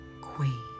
queen